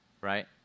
Right